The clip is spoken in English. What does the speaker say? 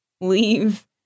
leave